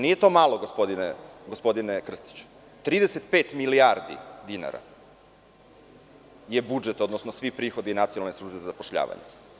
Nije to malo, gospodine Krstiću, 35 milijardi dinara je budžet, odnosno svi prihodi Nacionalne službe za zapošljavanje.